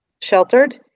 sheltered